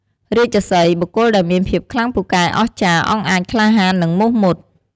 រាជសីហ៍ បុគ្គលដែលមានភាពខ្លាំងពូកែអស្ចារ្យ អង់អាចក្លាហាន និងមោះមុត ។